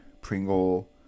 pringle